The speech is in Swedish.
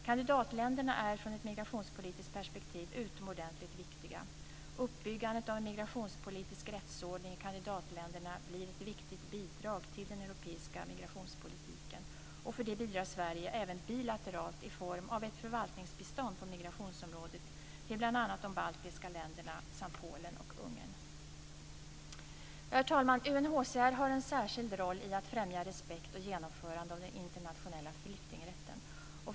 Kandidatländerna är från ett migrationspolitiskt perspektiv utomordentligt viktiga. Uppbyggandet av en migrationspolitisk rättsordning i kandidatländerna blir ett viktigt bidrag till den europeiska migrationspolitiken. Till det bidrar Sverige även bilateralt i form av ett förvaltningsbistånd på migrationsområdet till bl.a. de baltiska länderna samt Polen och Ungern. Herr talman! UNHCR har en särskild roll i att främja respekt och genomförande av den internationella flyktingrätten.